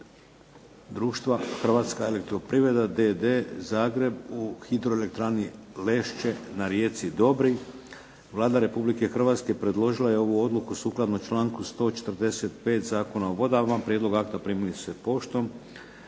Hrvatske elektroprivreda d.d. Zagreb u HE Lešće na rijeci Dobri Vlada Republike Hrvatske predložila je ovu odluku, sukladno članku 145. Zakona o vodama. Prijedlog akta primili ste poštom.